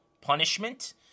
punishment